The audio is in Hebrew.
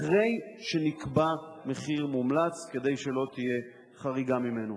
אחרי שנקבע מחיר מומלץ, כדי שלא תהיה חריגה ממנו.